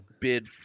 bid